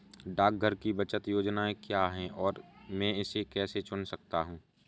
डाकघर की बचत योजनाएँ क्या हैं और मैं इसे कैसे चुन सकता हूँ?